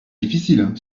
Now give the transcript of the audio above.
difficile